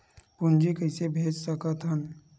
पूंजी कइसे भेज सकत हन?